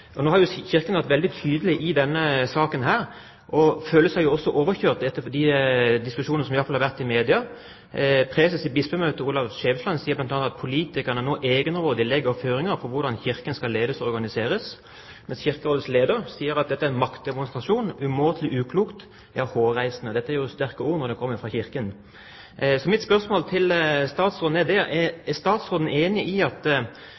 nå har jo Kirken vært veldig tydelig i denne saken og føler seg også overkjørt. I den diskusjonen som i hvert fall har vært i media, sier preses i Bispemøtet, Olav Skjevesland, bl.a. at «politikerne egenrådig legger føringer for hvordan kirken skal ledes og organiseres», mens Kirkerådets leder sier at dette er en «maktdemonstrasjon», «umåtelig uklokt, ja hårreisende». Dette er jo sterke ord når det kommer fra Kirken. Mitt spørsmål til statsråden er: Er statsråden enig i at